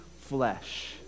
flesh